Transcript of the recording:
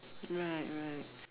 right right